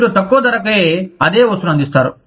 మీరు తక్కువ ధరకే అదే వస్తువును అందిస్తారు